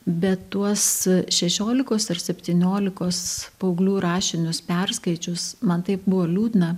bet tuos šešiolikos ar septyniolikos paauglių rašinius perskaičius man taip buvo liūdna